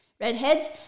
redheads